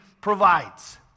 provides